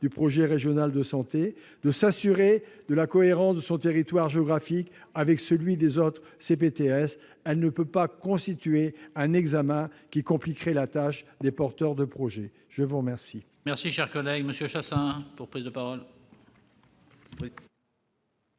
projet régional de santé et s'assurer de la cohérence de son territoire géographique avec celui des autres CPTS ; ce ne saurait être un examen qui compliquerait la tâche des porteurs de projets. La parole